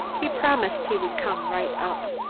he promised he would come right up.